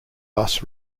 bus